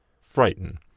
frighten